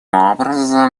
образом